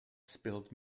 spilt